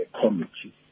committee